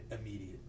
immediately